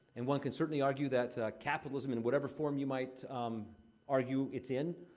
and one can certainly argue that capitalism, in whatever form you might um argue it's in,